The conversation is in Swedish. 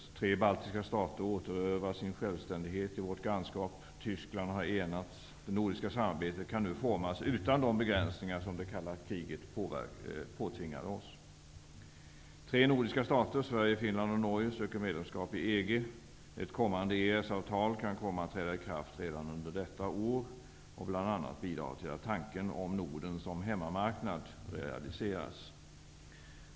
De tre baltiska staterna har återerövrat sin självständighet i vårt grannskap. Tyskland har enats. Det nordiska samarbetet kan nu formas utan de begränsningar som det kalla kriget påtvingade oss. söker medlemskap i EG. Ett kommande EES-avtal kan komma att träda i kraft redan under detta år och bl.a. bidra till att tanken om Norden såsom hemmamarknad realiseras.